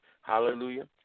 Hallelujah